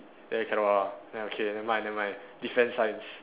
then cannot ah then okay never mind never mind defence science